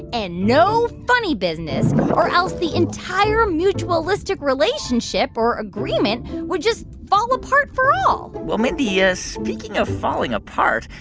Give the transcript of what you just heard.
and no funny business, or else the entire mutualistic relationship or agreement would just fall apart for all well, mindy, ah speaking of falling apart,